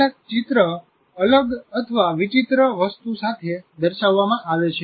કેટલાક ચિત્ર અલગવિચિત્ર વસ્તુ સાથે દર્શાવવામાં આવે છે